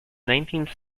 nineteenth